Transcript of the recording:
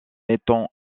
étant